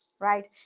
Right